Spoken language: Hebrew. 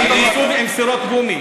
שנכנסו עם סירות גומי.